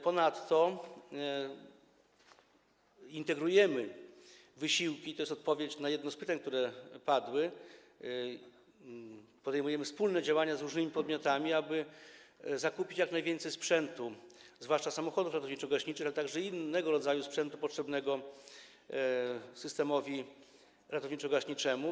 Ponadto integrujemy wysiłki - jest to odpowiedź na jedno z pytań, które padły - podejmujemy wspólne działania z różnymi podmiotami, aby zakupić jak najwięcej sprzętu, zwłaszcza samochodów ratowniczo-gaśniczych, a także innego rodzaju sprzętu potrzebnego systemowi ratowniczo-gaśniczemu.